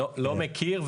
לא מכיר,